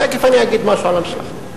תיכף אני אגיד משהו על המשלחת.